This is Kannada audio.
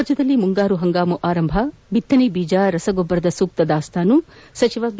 ರಾಜ್ಯದಲ್ಲಿ ಮುಂಗಾರು ಹಂಗಾಮು ಆರಂಭ ಬಿತ್ತನೆ ಬೀಜ ರಸಗೊಬ್ಬರದ ಸೂಕ್ತ ದಾಸ್ತಾನು ಸಚಿವ ಬಿ